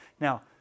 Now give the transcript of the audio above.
Now